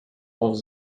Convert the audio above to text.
off